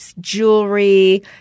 Jewelry